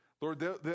Lord